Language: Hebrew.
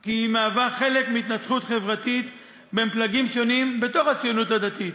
כי היא חלק מהתנצחות חברתית בין פלגים שונים בתוך הציונות הדתית,